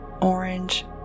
orange